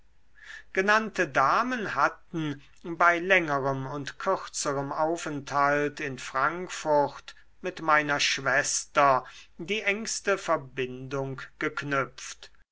genannte damen hatten bei längerem und kürzerem aufenthalt in frankfurt mit meiner schwester die engste verbindung geknüpft